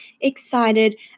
excited